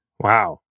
Wow